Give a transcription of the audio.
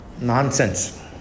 Nonsense